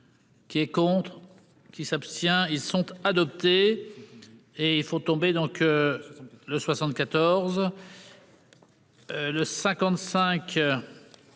Qui est contre. Qui s'abstient. Ils sont adoptés. Et il faut tomber donc. Le 74.-- Le 55